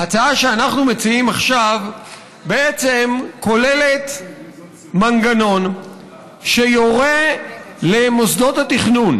ההצעה שאנחנו מציעים עכשיו בעצם כוללת מנגנון שיורה למוסדות התכנון